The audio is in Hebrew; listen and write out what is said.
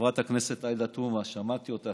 חברת הכנסת עאידה תומא, שמעתי אותך.